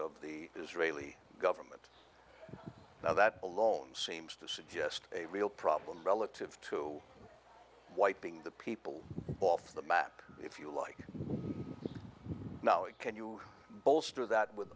of the israeli government now that alone seems to suggest a real problem relative to wiping the people off the map if you like now it can you bolster that with